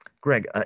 Greg